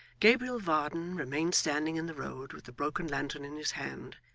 gabriel varden remained standing in the road with the broken lantern in his hand,